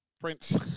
Prince